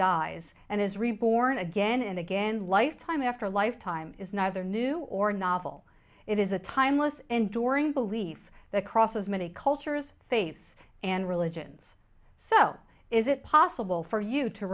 dies and is reborn again and again lifetime after lifetime is neither new or novel it is a timeless and during belief that crosses many cultures faiths and religions so is it possible for you to